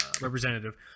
representative